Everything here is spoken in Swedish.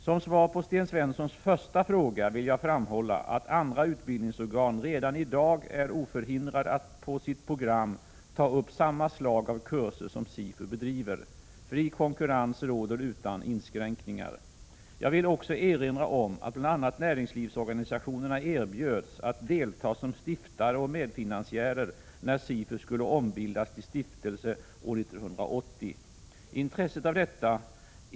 Som svar på Sten Svenssons första fråga vill jag framhålla att andra utbildningsorgan redan i dag är oförhindrade att på sitt program ta upp samma slag av kurser som SIFU bedriver. Fri konkurrens råder utan inskränkningar. Jag vill också erinra om att bl.a. näringslivsorganisationerna erbjöds att delta som stiftare och medfinansiärer när SIFU skulle ombildas till stiftelse år 1980.